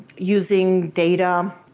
using data,